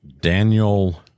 Daniel